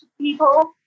people